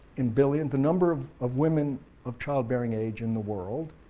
in billions the number of of women of childbearing age in the world,